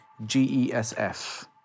GESF